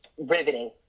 riveting